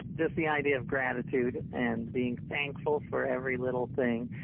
just the idea of gratitude and being thankful for every little thing.